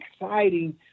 exciting